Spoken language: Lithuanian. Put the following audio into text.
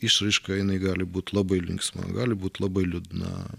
išraiška jinai gali būt labai linksma gali būt labai liūdna